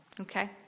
Okay